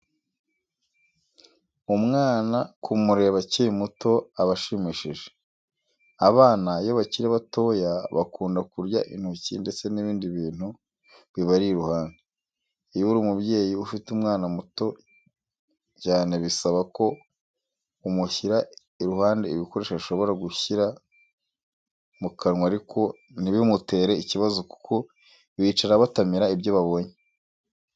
Umwana kumureba akiri muto aba ashimishije. Abana iyo bakiri batoya bakunda kurya intoki ndetse n'ibindi bintu bibari iruhande. Iyo uri umubyeyi ufite umwana muto cyane bisaba ko umushyira iruhande ibikoresho ashobora gushyira mu kanwa ariko ntibimutere ikibazo kuko bicara batamira ibyo babonye.